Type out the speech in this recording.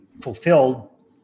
fulfilled